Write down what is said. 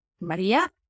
Maria